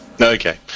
okay